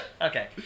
Okay